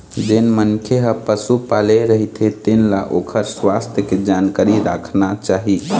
जेन मनखे ह पशु पाले रहिथे तेन ल ओखर सुवास्थ के जानकारी राखना चाही